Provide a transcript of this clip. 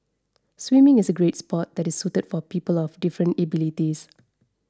swimming is a great sport that is suited for people of different abilities